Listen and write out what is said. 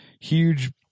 huge